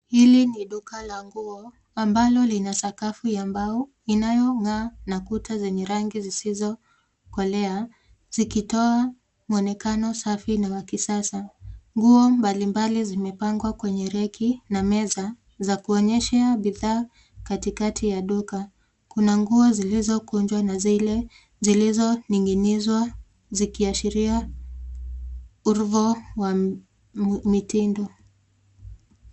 Hili ni duka la nguo ambalo lina sakafu ya mbao inayong'aa na kuta yenye rangi zisizokolea zikitoa mwonekano safi na wa kisasa. Nguo mbalimbali zimepangwa kwenye reki na meza za kuonyeshea bidhaa katikati ya duka. Kuna nguo zilizokunjwa na zile zilizoning'inizwa zikiashiria urvo wa mitindo.